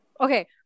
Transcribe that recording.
Okay